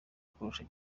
kurusha